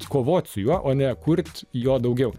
kovoti su juo o ne kurt jo daugiau